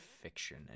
fiction